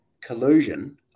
collusion